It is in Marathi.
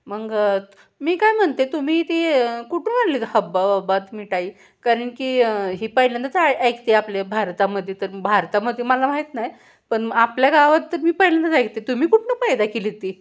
मग मी काय म्हणते तुम्ही ती कुठून आणली आहेत हब्बाव्बा ती मिठाई कारण की ही पहिल्यांदाच ऐ ऐकते आपल्या भारतामध्ये तर भारतामध्ये मला माहीत नाही पण आपल्या गावात तर मी पहिल्यांदाच ऐकते तुम्ही कुठून पैदा केली आहेत ती